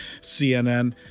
CNN